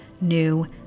new